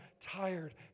tired